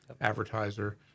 advertiser